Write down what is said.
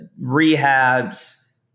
rehabs